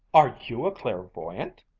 are you a clairvoyant?